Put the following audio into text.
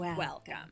Welcome